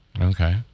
Okay